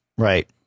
Right